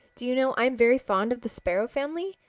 do you know i'm very fond of the sparrow family.